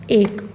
एक